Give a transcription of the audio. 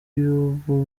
y’ubu